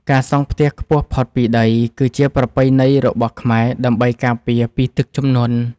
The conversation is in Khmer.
ការសង់ផ្ទះខ្ពស់ផុតពីដីគឺជាប្រពៃណីរបស់ខ្មែរដើម្បីការពារពីទឹកជំនន់។